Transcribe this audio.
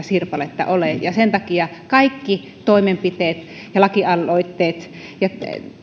sirpaletta ole sen takia kaikki toimenpiteet ja lakialoitteet ja